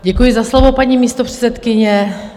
Děkuji za slovo, paní místopředsedkyně.